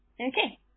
Okay